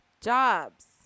jobs